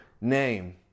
name